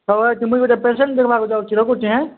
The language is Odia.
ହଉ ଆତ ମୁଇଁ ଗୁଟେ ପେସେଣ୍ଟ ଦେଖମା କେ ଯାଉଛିି ରଖୁଛି ହେଁ